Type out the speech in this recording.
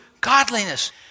godliness